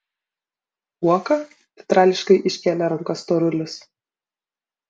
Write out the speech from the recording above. uoka teatrališkai iškėlė rankas storulis